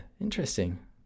interesting